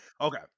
Okay